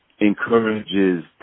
encourages